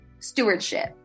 stewardship